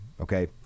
Okay